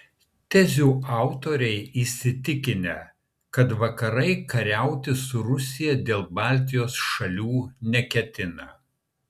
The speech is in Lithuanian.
tezių autoriai įsitikinę kad vakarai kariauti su rusija dėl baltijos šalių neketina